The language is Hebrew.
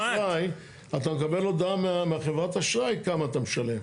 בכרטיס אשראי אתה מקבל הודעה מחברת האשראי כמה אתה משלם.